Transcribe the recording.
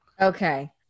Okay